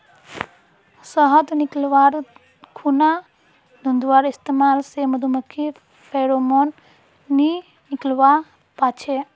शहद निकाल्वार खुना धुंआर इस्तेमाल से मधुमाखी फेरोमोन नि निक्लुआ पाछे